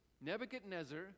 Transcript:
Nebuchadnezzar